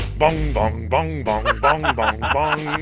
bong, bong, bong, bong, bong, bong, bong um